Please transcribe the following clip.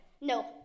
No